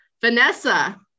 Vanessa